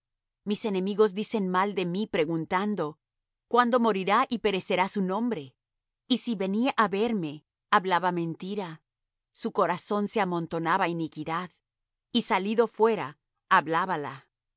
mis enemigos dicen mal de mí preguntando cuándo morirá y perecerá su nombre y si venía á ver me hablaba mentira su corazón se amontonaba iniquidad y salido fuera hablába la